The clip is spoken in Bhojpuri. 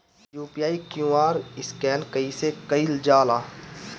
यू.पी.आई क्यू.आर स्कैन कइसे कईल जा ला?